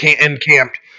encamped